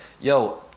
yo